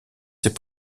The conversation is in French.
ses